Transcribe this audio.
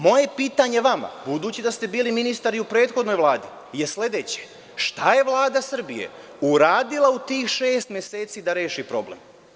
Moje pitanje vama, budući da ste bili ministar i u prethodnoj Vladi, je sledeće – šta je Vlada Srbije uradila u tih šest meseci da reši problem?